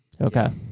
Okay